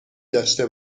داشته